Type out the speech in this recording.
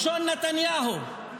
לשון נתניהו,